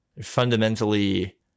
Fundamentally